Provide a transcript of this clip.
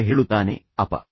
ಮಗ ಹೇಳುತ್ತಾನೆ ಅಪ್ಪ